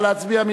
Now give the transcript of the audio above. נא להצביע.